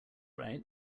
right